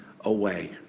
away